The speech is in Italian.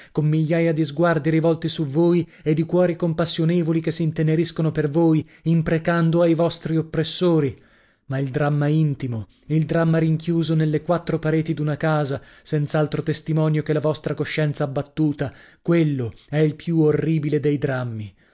con migliaia di sguardi rivolti su voi e di cuori compassionevoli che s'inteneriscono per voi imprecando ai vostri oppressori ma il dramma intimo il dramma rinchiuso nelle quattro pareti d'una casa senz'altro testimonio che la vostra coscienza abbattuta quello è il più orribile dei drammi